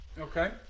Okay